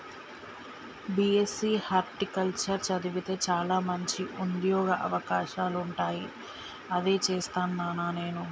BSc horticulture చదివితే చాల మంచి ఉంద్యోగ అవకాశాలుంటాయి అదే చేస్తాను నానా నేను